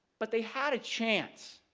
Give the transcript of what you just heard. but they had a chance.